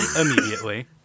immediately